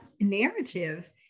narrative